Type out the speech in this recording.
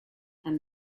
and